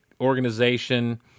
organization